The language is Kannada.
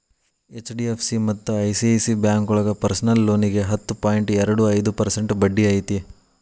ಎಚ್.ಡಿ.ಎಫ್.ಸಿ ಮತ್ತ ಐ.ಸಿ.ಐ.ಸಿ ಬ್ಯಾಂಕೋಳಗ ಪರ್ಸನಲ್ ಲೋನಿಗಿ ಹತ್ತು ಪಾಯಿಂಟ್ ಎರಡು ಐದು ಪರ್ಸೆಂಟ್ ಬಡ್ಡಿ ಐತಿ